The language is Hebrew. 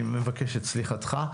אני מבקש את סליחתך.